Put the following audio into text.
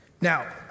Now